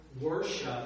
worship